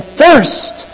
thirst